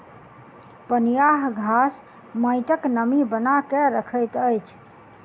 पनियाह घास माइटक नमी बना के रखैत अछि